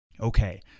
Okay